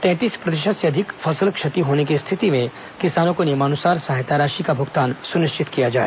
तैंतीस प्रतिशत से अधिक फसल क्षति होने की स्थिति में किसानों को नियमानुसार सहायता राशि का भुगतान सुनिश्चित किया जाए